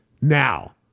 Now